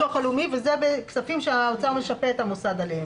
אלה כספים שהאוצר ישפה את המוסד לביטוח לאומי.